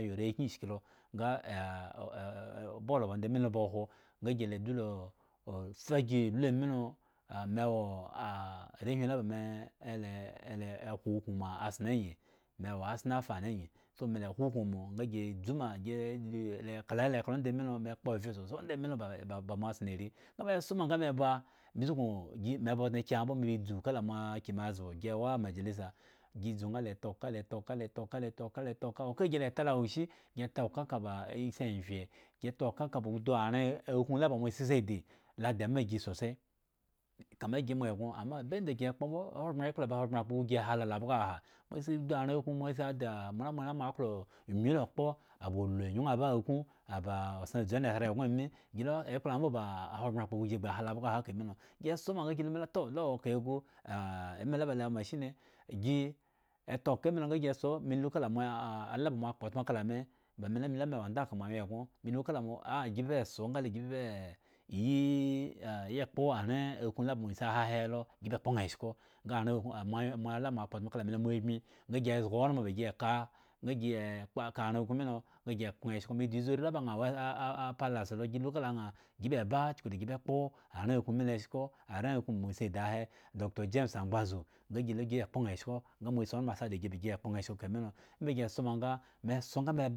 Me ari kyen ishki lo nga obolo ba ondami lo okhwo nga gi dzu le se gi e lu ami lo ame wo arewhi la bu me ele ele khwo ukum ma asenal nyi me asnal fans nyi so me le khwo ukun mo nga gi dzu ma gi lule kla lo onda mi lo me kpo ovge sosai mi lo ba mo asenal ari nga me soo nga ba me sukun me ba odne kye ambo suikun dzu kala moki mezbo gi wo amajalisa gi dzu ma la toh oka le toh oka le toh oka le toh oka le toh oka le toh oka oka gi e ta lo shi toh oka ka ba isin envye, toh oka ka ba aven akun la mo siise di le dema si sosai kama gi mo eggon amma bai ende gi ye kpo mbo lekpo ahogbren kpo gu si ha lo la akgohaha mo si udu aren akun mosi daa malama ma wo nyun lo oko aba ulu niyun aba akun aba dzu enasarawa eggon ami gile ekhoaa mbo ta ahogbre gu gi ba ha lo abgohaha kami lo gi soo ma nga si luy la toh olowo ekahe gu teme la ba la wo ma shine gi etoh oka mi lo nga me soo me lu kala ma la ba ma kpo utmu kala me ba me lu ma me wo andakhpo maanwyen eggon me lu kala ma gi soo nga le si "ee" yii yekpo aren akun la ba mo si hahe helo gi ba kpo aa eshko nga aren akun nga mo la ba mo kpo kala me lo ma bmi nga zga onmo ba gi e ka nga gi yee kpa ka aren mi lo nga gi kpo aa esko me dzu izu are la ba aa wo apalce mi lo me lu kala aame be chukuda yi kpo aren kuunesko aren akun mo sidi haha doctor james angazu nga gi le gi ye po aa eshko nga mo si onmu asi daa ba gi be kpo aa eshko ka mi lo omba gi soo ma nga me